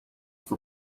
have